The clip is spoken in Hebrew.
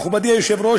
מכובדי היושב-ראש,